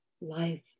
life